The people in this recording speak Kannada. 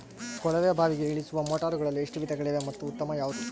ಕೊಳವೆ ಬಾವಿಗೆ ಇಳಿಸುವ ಮೋಟಾರುಗಳಲ್ಲಿ ಎಷ್ಟು ವಿಧಗಳಿವೆ ಮತ್ತು ಉತ್ತಮ ಯಾವುದು?